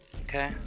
Okay